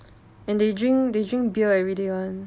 and they drink they drink beer everyday [one]